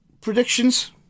predictions